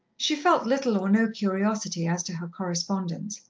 she felt little or no curiosity as to her correspondence.